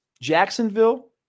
Jacksonville